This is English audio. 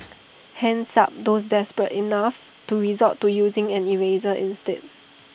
hands up those desperate enough to resort to using an eraser instead